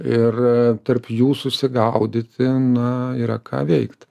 ir tarp jų susigaudyti na yra ką veikt